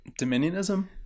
Dominionism